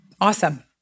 awesome